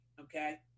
okay